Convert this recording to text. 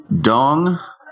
dong